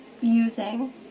using